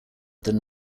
than